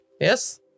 Yes